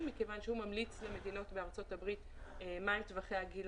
מכיוון שהוא ממליץ למדינות בארצות הברית מה הם טווחי הגיל